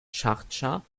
schardscha